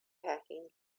packing